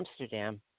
Amsterdam